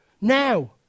Now